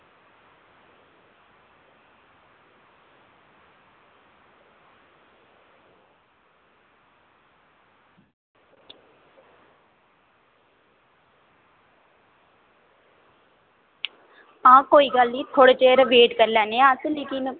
हां कोई गल्ल निं थोह्ड़ी चिर बट करी लैन्ने आं अस लेकिन